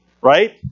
right